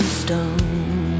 stone